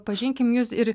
pažinkim jus ir